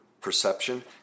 perception